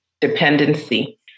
dependency